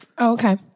Okay